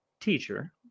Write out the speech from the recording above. Teacher